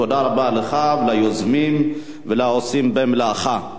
תודה רבה לך, ליוזמים ולעושים במלאכה.